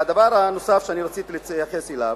והדבר הנוסף שרציתי להתייחס אליו,